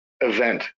event